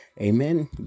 Amen